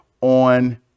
on